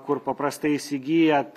kur paprastai įsigyjat